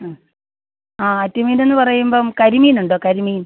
ആ ആ ആറ്റു മീനെന്ന് പറയുമ്പം കരിമീനുണ്ടോ കരിമീൻ